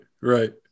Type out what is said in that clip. Right